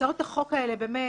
הצעות החוק האלה באמת,